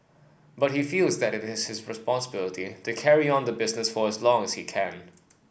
but he feels that it is his responsibility to carry on the business for as long as he can